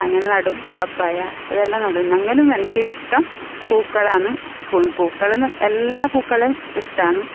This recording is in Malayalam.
അങ്ങനെ നടും പപ്പായ അതെല്ലാം നടും എന്നെങ്കിലും എനിക്കിഷ്ടം പൂക്കളാണ് പൂക്കൾ എല്ലാ പൂക്കളെയും ഇഷ്ടമാണ്